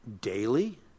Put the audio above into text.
daily